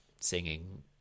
singing